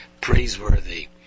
praiseworthy